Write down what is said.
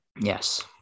Yes